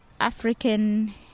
African